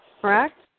Correct